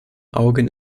augen